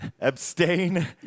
Abstain